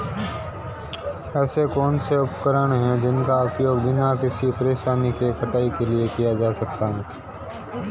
ऐसे कौनसे उपकरण हैं जिनका उपयोग बिना किसी परेशानी के कटाई के लिए किया जा सकता है?